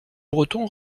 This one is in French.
breton